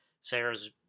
Sarah's